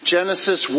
Genesis